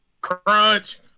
Crunch